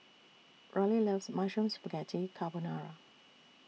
Rollie loves Mushroom Spaghetti Carbonara